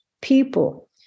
people